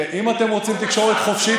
אם אתם רוצים תקשורת חופשית,